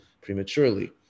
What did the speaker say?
prematurely